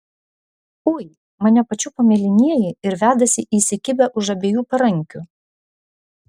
ui mane pačiupo mėlynieji ir vedasi įsikibę už abiejų parankių